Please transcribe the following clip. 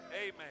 Amen